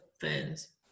fans